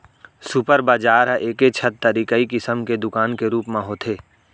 super बजार ह एके छत तरी कई किसम के दुकान के रूप म होथे